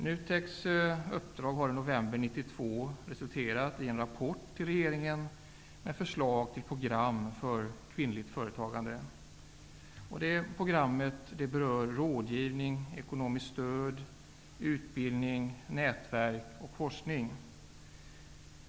NUTEK:s uppdrag resulterade i november 1992 i en rapport till regeringen. I rapporten finns förslag till program för kvinnligt företagande. Det programmet berör rådgivning, ekonomiskt stöd, utbildning, nätverk och forskning.